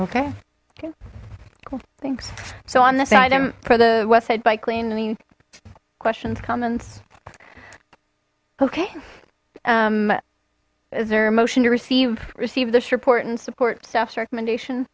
okay okay thanks so on this item for the westside by cleaning questions comments okay um is there a motion to receive receive this report and support staffs recommendation